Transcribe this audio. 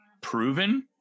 proven